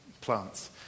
plants